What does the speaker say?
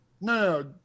No